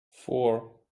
four